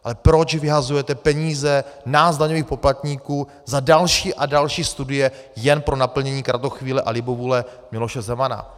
Ale proč vyhazujete peníze nás daňových poplatníků za další a další studie jen pro naplnění kratochvíle a libovůle Miloše Zemana?